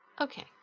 Okay